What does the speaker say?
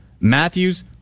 Matthews